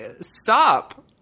stop